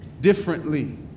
differently